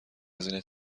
هزینه